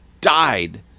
died